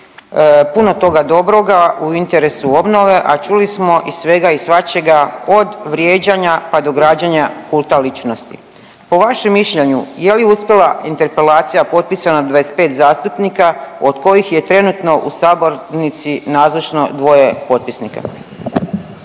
puno toga dobroga u interesu obnove, a čuli smo i svega i svačega od vrijeđanja pa do građenja kulta ličnosti. Po vašem mišljenju je li uspjela interpelacija potpisana 25 zastupnika od kojih je trenutno u sabornici nazočno dvoje potpisnika?